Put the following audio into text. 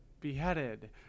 beheaded